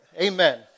Amen